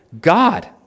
God